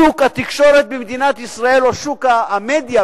שוק התקשורת במדינת ישראל,